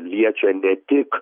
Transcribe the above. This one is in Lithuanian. liečia ne tik